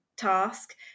task